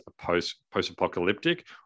post-apocalyptic